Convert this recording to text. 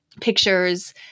pictures